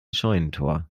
scheunentor